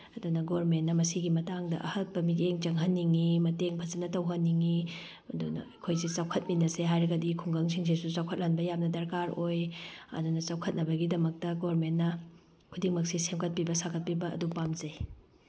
ꯑꯗꯨꯅ ꯒꯕꯔꯃꯦꯟꯅ ꯃꯁꯤꯒꯤ ꯃꯇꯥꯡꯗ ꯑꯍꯛꯄ ꯃꯤꯠꯌꯦꯡ ꯆꯪꯍꯟꯅꯤꯡꯉꯤ ꯃꯇꯦꯡ ꯐꯖꯅ ꯇꯧꯍꯟꯅꯤꯡꯉꯤ ꯑꯗꯨꯅ ꯑꯩꯈꯣꯏꯁꯦ ꯆꯥꯎꯈꯠꯃꯤꯟꯅꯁꯦ ꯍꯥꯏꯔꯒꯗꯤ ꯈꯨꯡꯒꯪꯁꯤꯡꯁꯤꯁꯨ ꯆꯥꯎꯈꯠꯍꯟꯕ ꯌꯥꯝꯅ ꯗꯔꯀꯥꯔ ꯑꯣꯏ ꯑꯗꯨꯅ ꯆꯥꯎꯈꯠꯅꯕꯒꯤꯗꯃꯛꯇ ꯒꯕꯔꯃꯦꯟꯅ ꯈꯨꯗꯤꯡꯃꯛꯁꯦ ꯁꯦꯝꯒꯠꯄꯤꯕ ꯁꯥꯒꯠꯄꯤꯕ ꯑꯗꯨ ꯄꯥꯝꯖꯩ